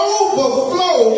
overflow